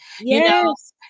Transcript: Yes